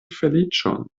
feliĉon